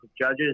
judges